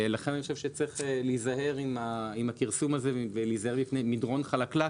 לכן אני חושב שצריך להיזהר עם הכרסום הזה ולהיזהר מפני מדרון חלקלק,